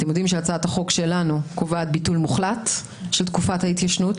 אתם יודעים שהצעת החוק שלנו קובעת ביטול מוחלט של תקופת ההתיישנות,